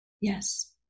Yes